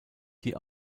die